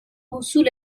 حصول